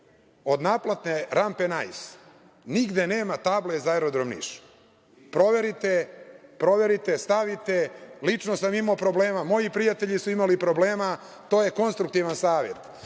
od naplatne rampe „Nais“ nigde nema table za aerodrom Niš? Proverite, stavite. Lično sam imao problema. Moji prijatelji su imali problema. To je konstruktivan savet. Drugo